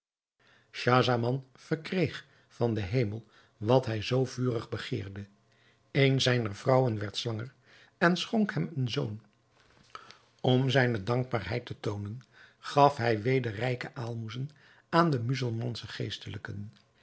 schahzaman verkreeg van den hemel wat hij zoo vurig begeerde eene zijner vrouwen werd zwanger en schonk hem een zoon om zijne dankbaarheid te toonen gaf hij weder rijke aalmoezen aan de muzelmansche geestelijken